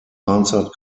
answered